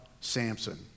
Samson